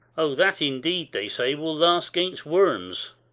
o that, indeed, they say, will last gainst worms.